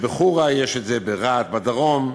חמישה, אי-אפשר לזלזל בדעתם,